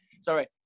sorry